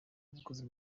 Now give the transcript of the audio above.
yabikoze